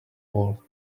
wall